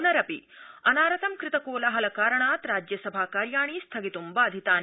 पुनरपि अनारतं कृत कोलाहल कारणात् राज्यसभा कार्याणि स्थगितुं बाधितानि